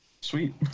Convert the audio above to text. Sweet